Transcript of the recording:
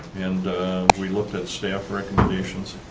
and we looked at staff recompletions.